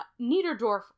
Niederdorf